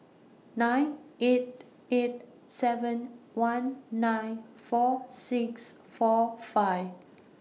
nine eight eight seven one nine four six four five